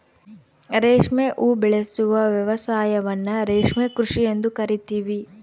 ರೇಷ್ಮೆ ಉಬೆಳೆಸುವ ವ್ಯವಸಾಯವನ್ನ ರೇಷ್ಮೆ ಕೃಷಿ ಎಂದು ಕರಿತೀವಿ